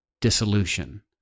dissolution